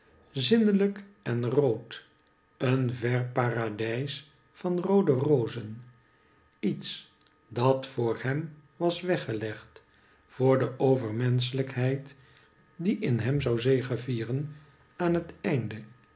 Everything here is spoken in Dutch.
zinnelijk en rood een ver paradijs van mode rozen iets dat voor hem was weggelegd voor de overmenschelijkheid die in hem zou zegevieren aan het einde